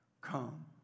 Come